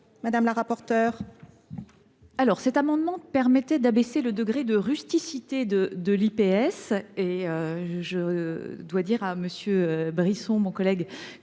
Mme la rapporteure.